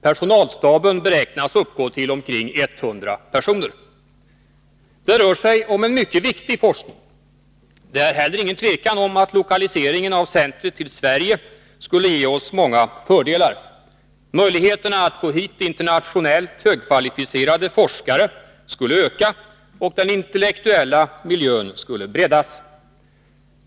Personalstaben beräknas uppgå till omkring etthundra personer. Här rör det sig om en mycket viktig forskning. Det råder inget tvivel om att lokaliseringen av centret till Sverige skulle ge Sverige många fördelar. Möjligheterna att få internationellt högkvalificerade forskare skulle öka och den intellektuella miljön skulle breddas.